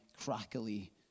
crackly